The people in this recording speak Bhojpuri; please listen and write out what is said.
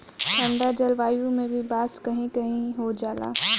ठंडा जलवायु में भी बांस कही कही हो जाला